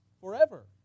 forever